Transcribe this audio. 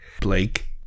Blake